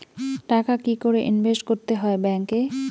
টাকা কি করে ইনভেস্ট করতে হয় ব্যাংক এ?